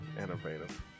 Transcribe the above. innovative